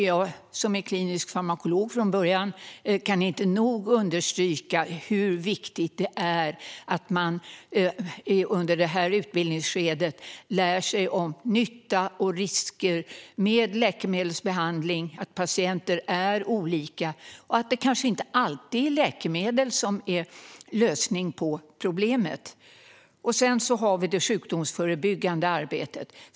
Jag som är klinisk farmakolog från början kan inte nog understryka hur viktigt det är att man under det här utbildningsskedet lär sig om nytta och risker med läkemedelsbehandling. Patienter är olika, och det kanske inte alltid är läkemedel som är lösningen på problemet. Sedan är det också det sjukdomsförebyggande arbetet.